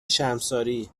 شرمساری